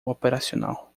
operacional